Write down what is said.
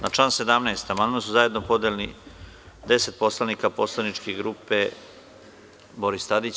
Na član 17. amandman su zajedno podneli 10 poslanika poslaničke grupe Boris Tadić.